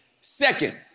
second